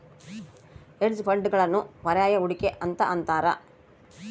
hedge ಫಂಡ್ಗಳನ್ನು ಪರ್ಯಾಯ ಹೂಡಿಕೆ ಅಂತ ಅಂತಾರ